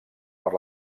per